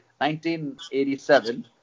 1987